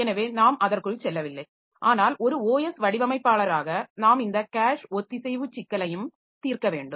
எனவே நாம் அதற்குள் செல்லவில்லை ஆனால் ஒரு OS வடிவமைப்பாளராக நாம் இந்த கேஷ் ஒத்திசைவு சிக்கலையும் தீர்க்க வேண்டும்